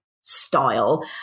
style